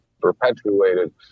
perpetuated